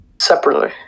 separately